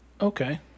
Okay